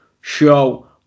show